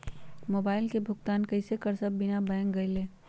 Mobile के भुगतान कईसे कर सकब बिना बैंक गईले?